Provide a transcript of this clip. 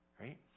right